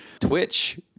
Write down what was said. Twitch